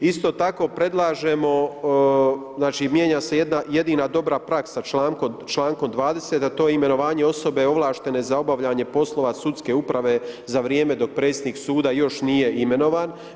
Isto tako predlažemo, znači mijenja se jedina dobra praksa člankom 20. a to je imenovanje osobe ovlaštene za obavljanje poslova sudske uprave za vrijeme dok predsjednik suda još nije imenovan.